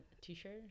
t-shirt